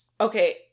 Okay